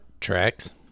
tracks